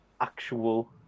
actual